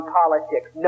politics